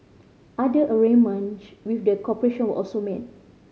other arrangement with the corporation were also made